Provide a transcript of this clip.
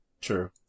True